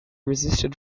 resisted